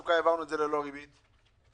"הכנסה מיגיעה אישית" כמשמעותה בפקודה,